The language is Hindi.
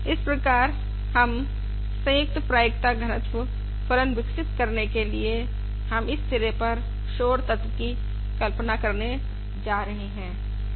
इस प्रकार हम संयुक्त प्रायिकता घनत्व फलन विकसित करने के लिए हम इस सिरे पर शोर तत्व की कल्पना करने जा रहे हैं